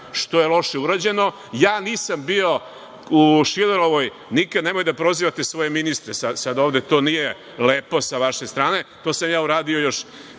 što je loše urađeno. Ja nisam bio u Šilerovoj nikad, a vi nemojte da prozivate sada svoje ministre, to nije lepo sa vaše strane. To sam ja uradio još